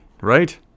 Right